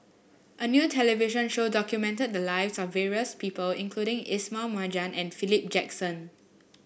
a new television show documented the lives of various people including Ismail Marjan and Philip Jackson